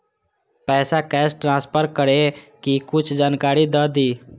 पैसा cash transfer करऐ कि कुछ जानकारी द दिअ